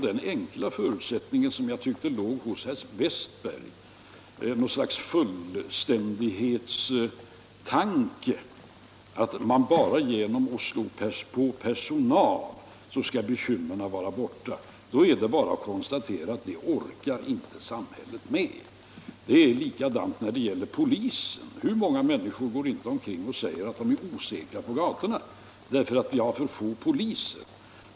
Den enkla förutsättning som jag tyckte låg i herr Westbergs i Ljusdal resonemang var något slags fullständighetstanke, innebärande att man bara genom att öka personalen kan klara bekymren. Det är bara att konstatera att samhället inte orkar med detta. Det är likadant när det gäller polisen. Hur många människor går inte omkring och säger att vi är osäkra på gatorna därför att vi har för få poliser?